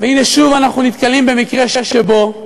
והנה שוב אנחנו נתקלים במקרה שבו,